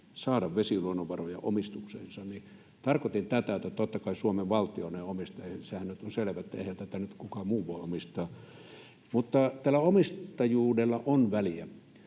saada vesiluonnonvaroja omistukseensa. Tarkoitin tätä. Totta kai Suomen valtio ne omistaa, ja sehän nyt on selvä, että eihän tätä nyt kukaan muu voi omistaa. Mutta tällä omistajuudella on väliä.